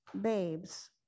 babes